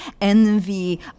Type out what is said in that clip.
envy